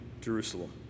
Jerusalem